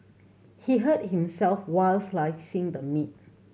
he hurt himself while slicing the meat